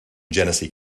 genesee